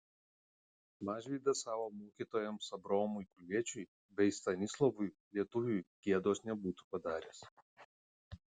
mažvydas savo mokytojams abraomui kulviečiui bei stanislovui lietuviui gėdos nebūtų padaręs